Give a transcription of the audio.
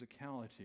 physicality